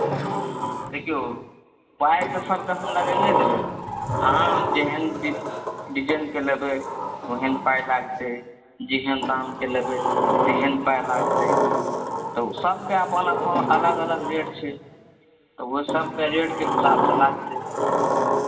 देखिऔ पाइ तऽ सभके हम लगाइए देबै अहाँ जेहन डि डिजाइनके लेबै ओहन पाइ लागतै जेहन दामके लेबै तेहन पाइ लागतै तऽ सभके अपन अपन अलग अलग रेट छै तऽ ओ सभके रेटके हिसाबसँ लागतै